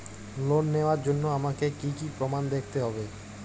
Loan নেওয়ার জন্য আমাকে কী কী প্রমাণ দেখতে হবে?